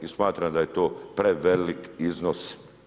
I smatram da je to prevelik iznos.